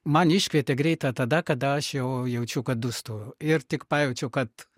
man iškvietė greitąją tada kada aš jau jaučiau kad dūstu ir tik pajaučiau kad